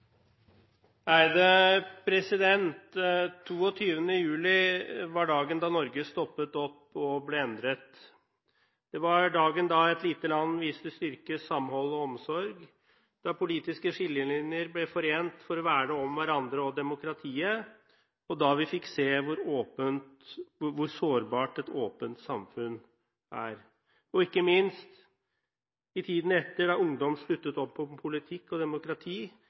juli var dagen da Norge stoppet opp og ble endret. Det var dagen da et lite land viste styrke, samhold og omsorg, da politiske skillelinjer ble forent for å verne om hverandre og demokratiet, og da vi fikk se hvor sårbart et åpent samfunn er. Ikke minst så vi i tiden etter at ungdom sluttet opp om politikk og demokrati